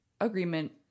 agreement